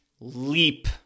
leap